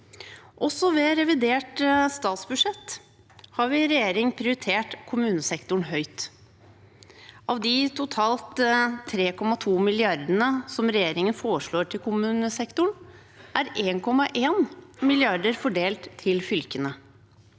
ved revidert statsbudsjett har vi i regjering prioritert kommunesektoren høyt. Av de totalt 3,2 mrd. kr som regjeringen foreslår til kommunesektoren, er 1,1 mrd. kr fordelt til fylkene